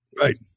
right